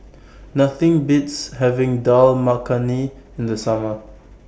Nothing Beats having Dal Makhani in The Summer